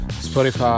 Spotify